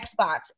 Xbox